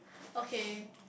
okay